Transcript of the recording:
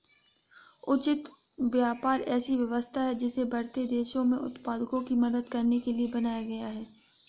उचित व्यापार ऐसी व्यवस्था है जिसे बढ़ते देशों में उत्पादकों की मदद करने के लिए बनाया गया है